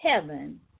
heaven